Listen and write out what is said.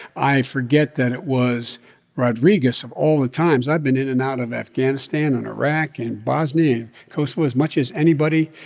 i forget that it was rodriguez of all the times. i've been in and out of afghanistan and iraq and bosnia and kosovo as much as anybody,